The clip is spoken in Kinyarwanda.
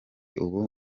ubu